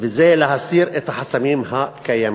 וזה להסיר את החסמים הקיימים.